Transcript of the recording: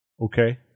okay